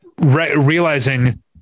realizing